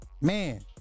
man